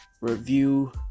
review